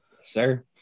sir